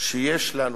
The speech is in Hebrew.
שיש לנו